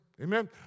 Amen